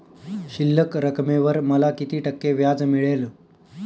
शिल्लक रकमेवर मला किती टक्के व्याज मिळेल?